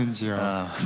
and sira.